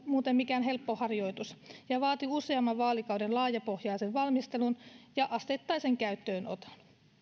muuten mikään helppo harjoitus ja vaati useamman vaalikauden laajapohjaisen valmistelun ja asteittaisen käyttöönoton